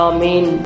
Amen